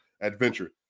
adventure